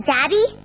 Daddy